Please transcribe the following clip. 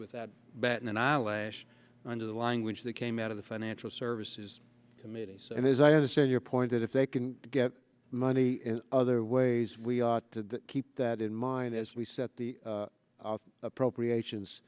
without batting an eyelash under the language that came out of the financial services committee and as i understand your point that if they can get money in other ways we ought to keep that in mind as we set the appropriations